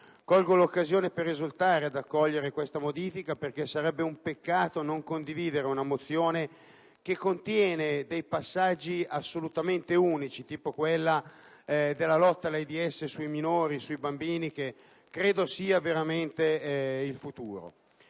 anzi, l'occasione per esortare i colleghi ad accogliere questa modifica, perché sarebbe un peccato non condividere una mozione che contiene dei passaggi assolutamente unici, come quello della lotta all'AIDS dei minori e dei bambini, che credo sia veramente il futuro.